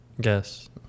Guess